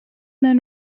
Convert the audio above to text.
then